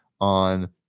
on